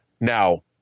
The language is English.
Now